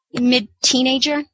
mid-teenager